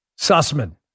Sussman